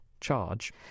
charge